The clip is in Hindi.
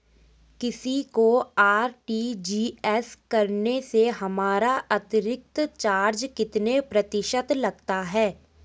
किसी को आर.टी.जी.एस करने से हमारा अतिरिक्त चार्ज कितने प्रतिशत लगता है?